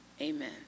amen